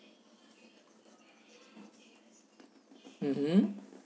mmhmm